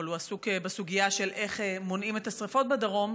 אבל הוא עסוק בסוגיה של איך מונעים את השרפות בדרום,